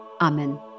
Amen